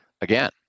again